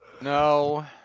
No